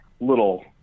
little